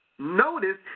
Notice